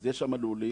אז יש שם לולים,